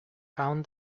found